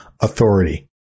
authority